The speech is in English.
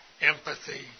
empathy